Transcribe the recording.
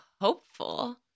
hopeful